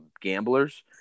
gamblers